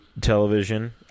television